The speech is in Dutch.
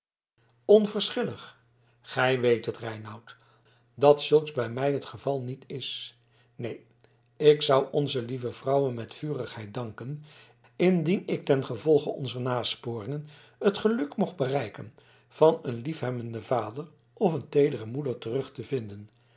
onverschillig gij weet het reinout dat zulks bij mij het geval niet is neen ik zou onze lieve vrouwe met vurigheid danken indien ik ten gevolge onzer nasporingen het geluk mocht bereiken van een liefhebbenden vader of een teedere moeder terug te vinden